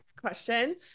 Question